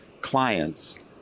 clients